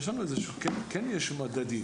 כן יש מדדים.